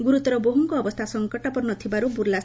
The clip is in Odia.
ଗୁରୁତର ବୋହ୍ଙଙ୍ଙ ଅବସ୍ଥା ସଂକଟାପନ୍ନ ଥିବାରୁ ବୁଲ୍